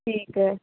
ਠੀਕ ਹੈ